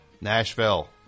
Nashville